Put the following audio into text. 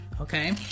Okay